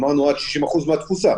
אמרנו עד 60% מהתפוסה.